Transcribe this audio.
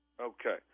Okay